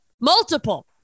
multiple